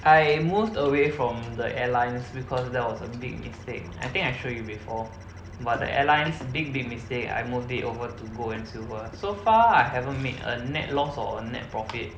I moved away from the airlines because that was a big mistake I think I show you before but the airline's big big mistake I moved it over to gold and silver so far I haven't made a net loss or a net profit